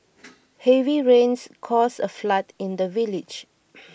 heavy rains caused a flood in the village